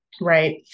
Right